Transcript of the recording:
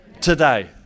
Today